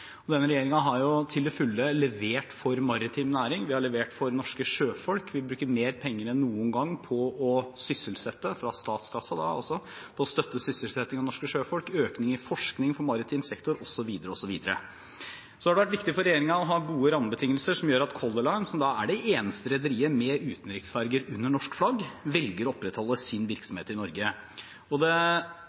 Denne regjeringen har til fulle levert for maritim næring, vi har levert for norske sjøfolk, vi bruker mer penger enn noen gang – fra statskassa – på å sysselsette og støtte sysselsettingen av norske sjøfolk, vi har hatt en økning i forskning på maritim sektor, osv. osv. Det har vært viktig for regjeringen å ha gode rammebetingelser som gjør at Color Line – som er det eneste rederiet med utenriksferger under norsk flagg – velger å opprettholde sin virksomhet i Norge. Det